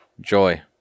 Joy